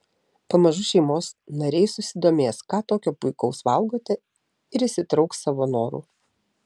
pamažu šeimos nariai susidomės ką tokio puikaus valgote ir įsitrauks savo noru